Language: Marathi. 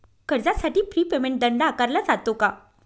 कर्जासाठी प्री पेमेंट दंड आकारला जातो का?